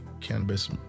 cannabis